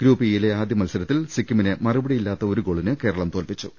group E യിലെ ആദ്യമത്സരത്തിൽ സിക്കിമിനെ മറുപടിയില്ലാത്ത ഒരുഗോളിന് കേരളം തോൽപ്പിച്ചു